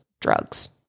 drugs